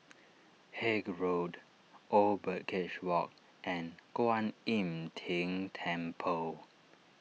Haig Road Old Birdcage Walk and Kuan Im Tng Temple